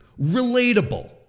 relatable